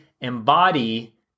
embody